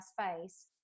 space